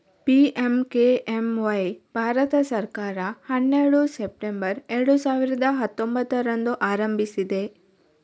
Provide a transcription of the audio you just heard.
PMKMY Bharat ಸರ್ಕಾರ ಹನ್ನೆರಡು September ಎರಡು ಸಾವಿರದ ಹತ್ತೊಂಭತ್ತರಂದು ಆರಂಭಿಸಿದೆ